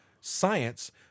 Science